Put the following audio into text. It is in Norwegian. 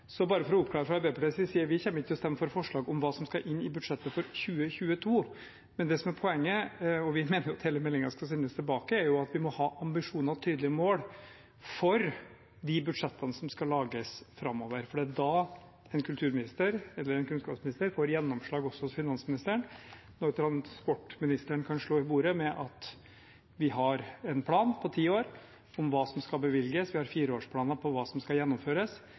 å stemme for forslag om hva som skal inn i budsjettet for 2022 – vi mener jo at hele meldingen skal sendes tilbake – men det som er poenget, er at vi må ha ambisjoner og tydelige mål for de budsjettene som skal lages framover. Det er da en kulturminister eller en kunnskapsminister får gjennomslag også hos finansministeren. Når transportministeren kan slå i bordet med at en har en plan på ti år for hva som skal bevilges, en har fireårsplaner for hva som skal gjennomføres,